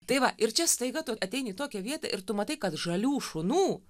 tai va ir čia staiga tu ateini į tokią vietą ir tu matai kad žalių šunų